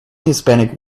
hispanic